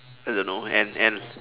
I don't know and and